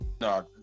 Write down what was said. no